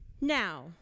Now